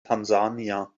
tansania